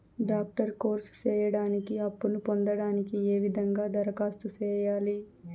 Doctor course సేయడానికి అప్పును పొందడానికి ఏ విధంగా దరఖాస్తు సేయాలి?